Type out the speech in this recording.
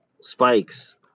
spikes